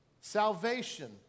salvation